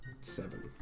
Seven